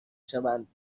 شوند